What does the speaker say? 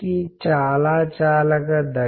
ఒక మాధ్యమం సందేశాన్ని కమ్యూనికేట్ చేయడానికి